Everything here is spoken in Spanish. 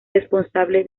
responsable